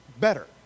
better